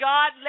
God